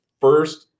first